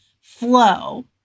flow